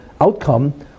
outcome